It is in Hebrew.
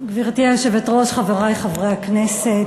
גברתי היושבת-ראש, חברי חברי הכנסת,